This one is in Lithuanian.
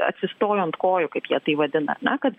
atsistojo ant kojų kaip jie tai vadina ar ne kad